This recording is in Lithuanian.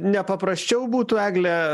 nepaprasčiau būtų egle